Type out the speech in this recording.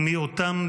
ומיעוטם,